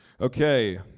Okay